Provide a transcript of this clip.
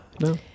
No